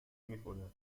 میخورن